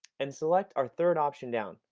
and select our third option down.